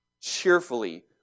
cheerfully